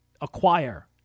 acquire